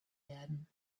werden